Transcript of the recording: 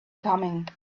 coming